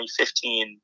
2015